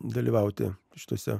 dalyvauti šituose